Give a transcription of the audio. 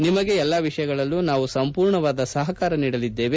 ನಿಮಗೆ ಎಲ್ಲಾ ವಿಷಯಗಳಲ್ಲೂ ನಾವು ಸಂಪೂರ್ಣವಾದ ಸಪಕಾರ ನೀಡಲಿದ್ದೇವೆ